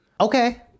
Okay